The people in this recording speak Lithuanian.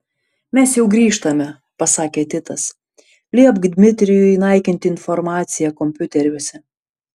mes jau grįžtame pasakė titas liepk dmitrijui naikinti informaciją kompiuteriuose